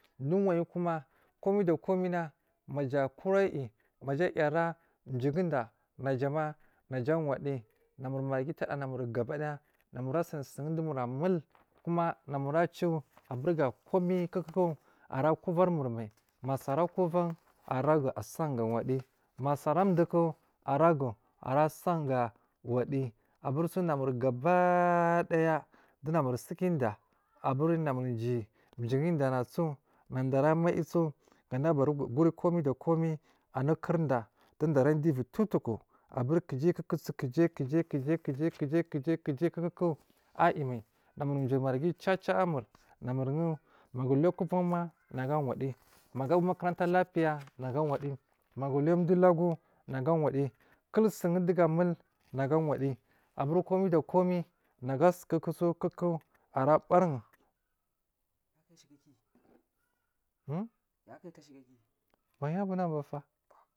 Dowowasi koma komai da komai na maja kurayi, maja ayi ara juguda naja a wadiyyi namur maghi gabadaya na murgabaki daya namur asun sundowomura mul koma namur a ciwo abur ga komai ara kovari mur mai masu ara kuvan aragu asarin ga wadiyyi masu ara dugu aragu a saringa wadiyyi aburiso namur gaba daya duwo namur sukadiyya, abur namur jigi, jigin danaso nada ara maisu gada abaru gur komai da komai anukurda duwo diyya ara dowo uki towo toku abur kujai kukusu kujai kujai kujai kujai kujai kuku ayi mai namur ciri marghi caca mur namur, un magu aluya kovan ma nagu a wadiyyi maga abuwo makuranta lapiya nagu a wadiyyi maga a luya dowo ulagu nagu a wadiyyi kulsun dowogu a mul nagu a wadiyyi abur komai da komai nagu asukukusu kuku ara barin um, hu bariji a buna n bafa.